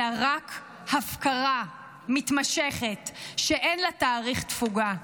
אלא רק הפקרה מתמשכת שאין לה תאריך תפוגה.